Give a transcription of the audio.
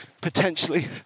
potentially